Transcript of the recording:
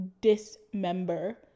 dismember